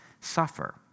suffer